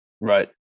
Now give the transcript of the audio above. Right